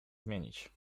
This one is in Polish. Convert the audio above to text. zmienić